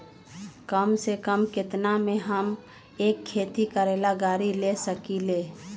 कम से कम केतना में हम एक खेती करेला गाड़ी ले सकींले?